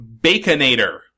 Baconator